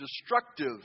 destructive